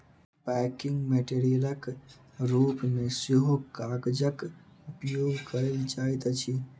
packing मेटेरियलक रूप मे सेहो कागजक उपयोग कयल जाइत अछि